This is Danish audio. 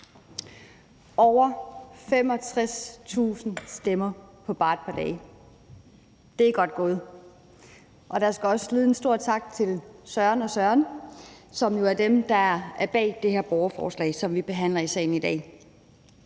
Over 65.000 stemmer på bare et par dage – det er godt gået! Og der skal også lyde en stor tak til Søren og Søren, som jo er dem, der er bag det her borgerforslag, som vi behandler i salen i dag.